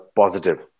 positive